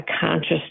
conscious